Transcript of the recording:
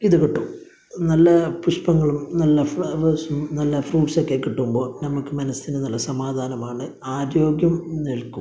ഇത് കിട്ടും നല്ല പുഷ്പങ്ങളും നല്ല ഫ്ലവേഴ്സും നല്ല ഫ്രൂട്ട്സ് ഒക്കെ കിട്ടുമ്പോൾ നമുക്ക് മനസിന് നല്ല സമാധാനമാണ് ആരോഗ്യവും നില്ക്കും